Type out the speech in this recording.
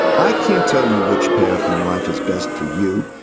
i can't tell you which path in life is best for you,